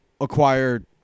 acquired